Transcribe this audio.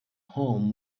home